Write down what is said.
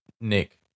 nick